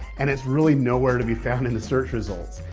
and it's really nowhere to be found in the search results.